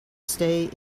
stay